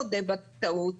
מודה בטעות,